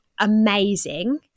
amazing